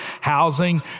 housing